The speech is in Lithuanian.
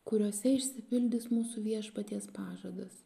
kuriuose išsipildys mūsų viešpaties pažadas